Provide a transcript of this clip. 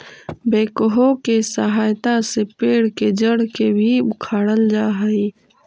backhoe के सहायता से पेड़ के जड़ के भी उखाड़ल जा हई